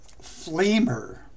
Flamer